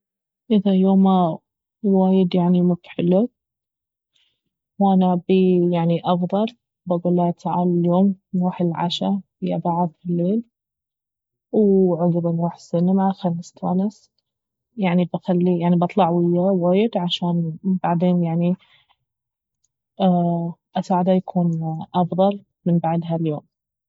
اذا يومه وايد يعني مب حلو وانا ابيه يعني افضل بقوله تعال اليوم نروح العشا ويا بعض في الليل وعقب نروح السينما خل نستانس يعني بخليه يعني بطلع وياه وايد عشان بعدين يعني اساعده يكون افضل من بعد هاليوم